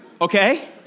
Okay